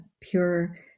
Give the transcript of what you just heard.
Pure